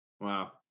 Wow